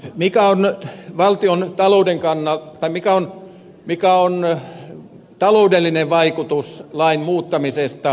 mikä on valtion talouden kannalta tai mikä on taloudellinen vaikutus lain muuttamisesta